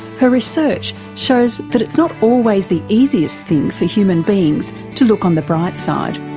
her research shows that it's not always the easiest thing for human beings to look on the bright side.